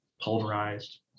pulverized